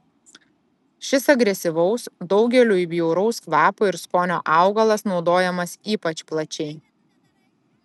šis agresyvaus daugeliui bjauraus kvapo ir skonio augalas naudojamas ypač plačiai